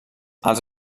als